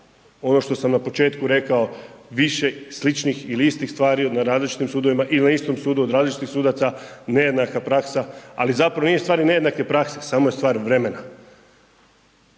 ono što sam na početku rekao više sličnih ili istih stvari na različitim sudovima ili na istom sudu od različitih sudaca, nejednaka praksa, ali zapravo nije stvar ni nejednake prakse, samo je stvar vremena,